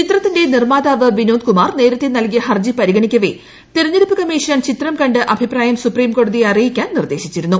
ചിത്രത്തിന്റെ നിർമാതാവ് വിനോദ് കുമാർ നേരത്തെ നൽകിയ ഹർജി പരിഗണിക്കവേ തിരഞ്ഞെടുപ്പ് കമ്മീഷൻ ചിത്രം കണ്ട് അഭിപ്രായം സുപ്രീംകോടതിയെ അറിയിക്കാൻ നിർദ്ദേശിച്ചിരുന്നു